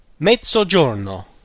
Mezzogiorno